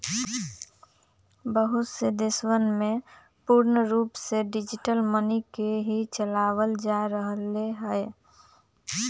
बहुत से देशवन में पूर्ण रूप से डिजिटल मनी के ही चलावल जा रहले है